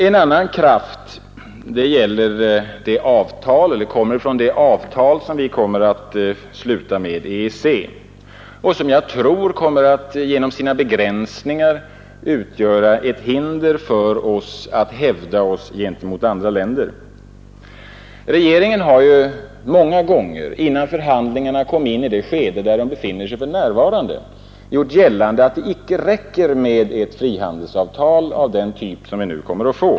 En annan inverkan kommer från det avtal som vi skall sluta med EEC och som genom sina begränsningar kommer att utgöra ett hinder för oss att hävda oss gentemot andra länder. Regeringen har många gånger innan förhandlingarna kom in i det skede där de nu befinner sig gjort gällande att det inte räcker med ett frihandelsavtal av den typ vi väl kommer att få.